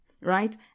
Right